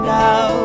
now